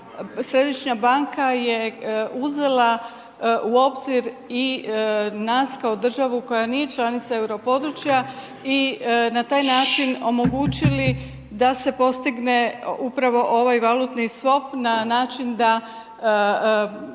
središnja banka je uzela u obzir i nas kao državu koja nije članica euro područja i na taj način omogućili da se postigne upravo ovaj valutni swap na način da